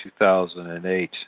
2008